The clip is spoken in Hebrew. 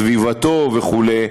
סביבתו וכו'.